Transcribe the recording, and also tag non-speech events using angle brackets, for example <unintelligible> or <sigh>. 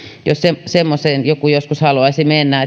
jos semmoiseen joku joskus haluaisi mennä <unintelligible>